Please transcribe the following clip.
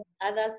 others